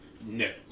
no